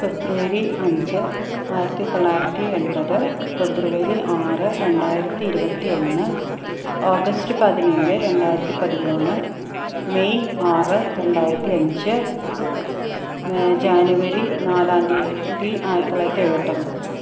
ഫെബ്രുവരി അഞ്ച് ആയിരത്തി തൊള്ളായിരത്തി എൺപത് ഫെബ്രുവരി ആറ് രണ്ടായിരത്തി ഇരുപത്തി ഒന്ന് ഓഗസ്റ്റ് പതിനേഴ് രണ്ടായിരത്തി പതിമൂന്ന് മെയ് ആറ് രണ്ടായിരത്തി അഞ്ച് ജാനുവരി നാലാം തീയതി ആയിരത്തി തൊള്ളായിരത്തി എഴുപത്തി ഒമ്പത്